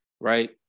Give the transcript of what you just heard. right